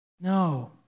No